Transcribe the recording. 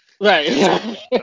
right